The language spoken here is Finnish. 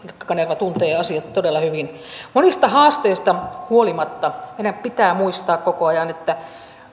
kanerva tuntee asiat todella hyvin monista haasteista huolimatta meidän pitää muistaa koko ajan että